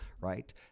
right